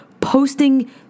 posting